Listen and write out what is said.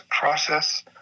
process